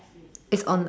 it's on